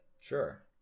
Sure